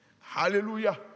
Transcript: Hallelujah